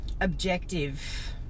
objective